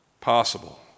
possible